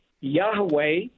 Yahweh